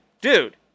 dude